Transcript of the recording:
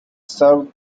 served